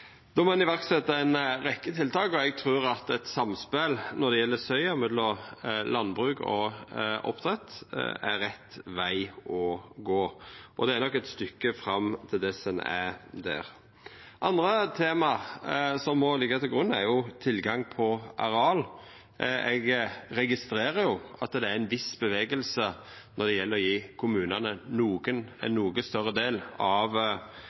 Då må ein setja i verk ei rekkje tiltak, og eg trur at eit samspel mellom landbruk og oppdrett når det gjeld soya, er rett veg å gå. Det er nok eit stykke fram til dess ein er der. Andre tema som må liggja til grunn, er tilgang på areal, og eg registrerer at det er ein viss bevegelse når det gjeld å gje kommunane ein noko større del av